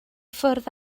ffwrdd